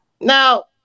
now